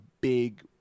big